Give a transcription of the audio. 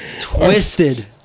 Twisted